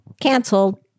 Canceled